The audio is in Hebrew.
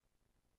מי בעד,